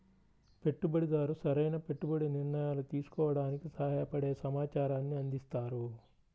పెట్టుబడిదారు సరైన పెట్టుబడి నిర్ణయాలు తీసుకోవడానికి సహాయపడే సమాచారాన్ని అందిస్తారు